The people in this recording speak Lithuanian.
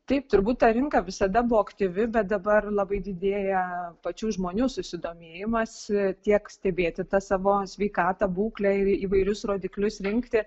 taip turbūt ta rinka visada buvo aktyvi bet dabar labai didėja pačių žmonių susidomėjimas tiek stebėti tą savo sveikatą būklę ir įvairius rodiklius rinkti